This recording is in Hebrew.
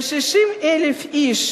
ו-60,000 איש,